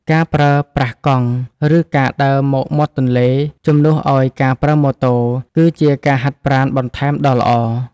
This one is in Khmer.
ការប្រើប្រាស់កង់ ឬការដើរមកមាត់ទន្លេជំនួសឱ្យការប្រើម៉ូតូ គឺជាការហាត់ប្រាណបន្ថែមដ៏ល្អ។